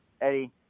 Eddie